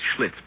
Schlitz